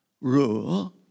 rule